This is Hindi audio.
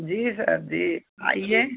जी सर जी आइए